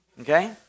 Okay